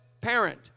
parent